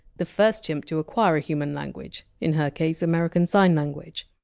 the first chimp to acquire a human language in her case, american sign language.